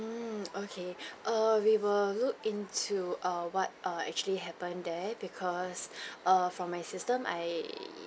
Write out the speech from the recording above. mm okay err we will look into err what uh actually happened there because err from my system I